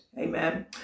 amen